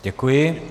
Děkuji.